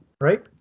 right